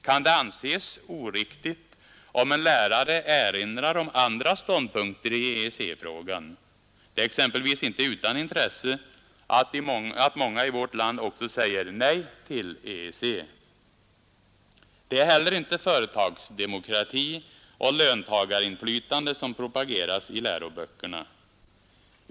Kan det anses oriktigt om en lärare erinrar om andra ståndpunkter i EE gan” Det är exempelvis inte utan intresse att manga i vårt land också säger nej till EEC! Det är heller inte företagsdemokrati och löntagarinflytande som propageras i läroböckerna.